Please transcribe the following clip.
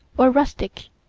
or rustic.